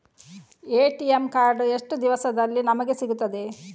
ATM card ಎಷ್ಟು ದಿವಸದಲ್ಲಿ ನಮಗೆ ಸಿಗುತ್ತದೆ?